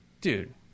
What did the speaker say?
dude